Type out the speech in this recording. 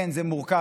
כן, זה מורכב.